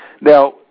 Now